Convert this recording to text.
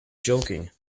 joking